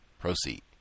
Proceed